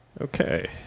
Okay